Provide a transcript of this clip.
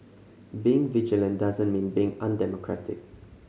being vigilant doesn't mean being undemocratic